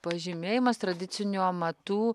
pažymėjimas tradicinių amatų